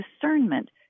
discernment